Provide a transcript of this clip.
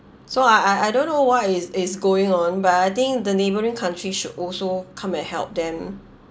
so I I I don't know what is is going on but I think the neighbouring countries should also come and help them